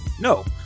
No